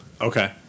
Okay